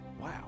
Wow